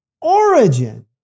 origin